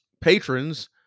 patrons